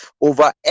over